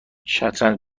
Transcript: شطرنج